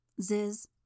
Ziz